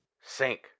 Sink